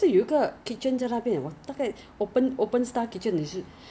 好像是有 free parking during lunch or something 我忘记了我那时候看到有 there is free parking